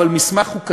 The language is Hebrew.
אבל מסמך חוקתי.